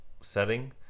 setting